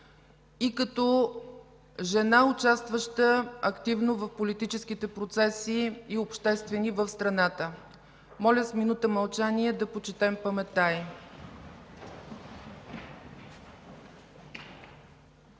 и като жена, участваща активно в политическите и обществените процеси в страната. Моля с минута мълчание да почетем паметта й.